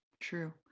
true